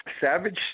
Savage